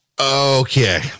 Okay